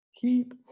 keep